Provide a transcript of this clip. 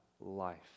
life